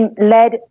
led